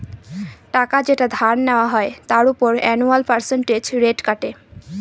টাকা যেটা ধার নেওয়া হয় তার উপর অ্যানুয়াল পার্সেন্টেজ রেট কাটে